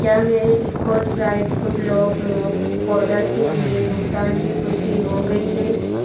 क्या मेरे Scotch Brite footlock mop order के लिए भुगतान की पुष्टि हो गई है